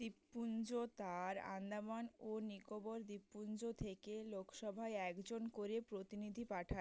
দ্বীপপুঞ্জ তার আন্দামান ও নিকোবর দ্বীপপুঞ্জ থেকে লোকসভায় একজন করে প্রতিনিধি পাঠায়